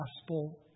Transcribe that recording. gospel